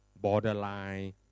borderline